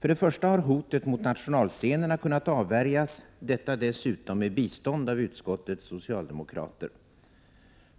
För det första har hotet mot nationalscenerna kunnat avvärjas, och detta dessutom med bistånd av utskottets socialdemokrater.